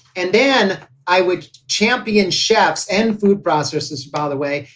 and then i would champion chefs and food processors. by the way,